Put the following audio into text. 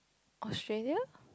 Australia